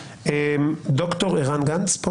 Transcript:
ד"ר ערן גנץ.